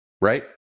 Right